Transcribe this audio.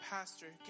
Pastor